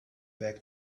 back